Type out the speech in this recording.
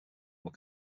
were